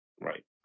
right